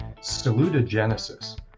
salutogenesis